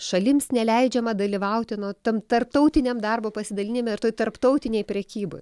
šalims neleidžiama dalyvauti nu tam tarptautiniam darbo pasidalinime ir toj tarptautinėj prekyboj